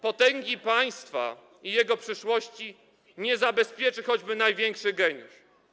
Potęgi państwa i jego przyszłości nie zabezpieczy żaden choćby największy geniusz.